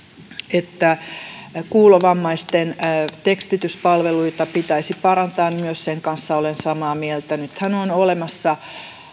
että kuulovammaisten tekstityspalveluita pitäisi parantaa myös olen samaa mieltä nythän on olemassa